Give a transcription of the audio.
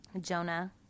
Jonah